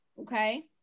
okay